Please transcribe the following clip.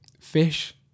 fish